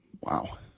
Wow